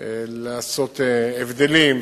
לעשות הבדלים,